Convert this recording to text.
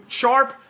sharp